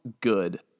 good